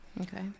Okay